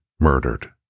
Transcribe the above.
murdered